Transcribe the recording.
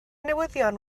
newyddion